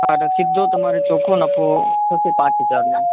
હા સીધો તમારે ચોખ્ખો નફો થશે પાંચ હજારનો